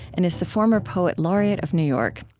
and is the former poet laureate of new york.